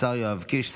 השר יואב קיש,